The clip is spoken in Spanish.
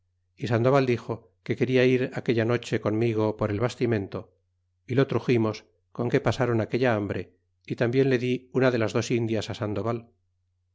y sandoval dixo que quena ir aquella no che conmigo por el baititne to y lo truxitnos con que pasron aquella hambre y tarribien le di una de las dos indias sandoval